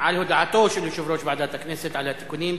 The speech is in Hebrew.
על הודעתו של יושב-ראש ועדת הכנסת על התיקונים.